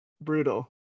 Brutal